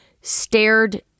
stared